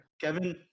Kevin